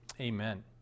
amen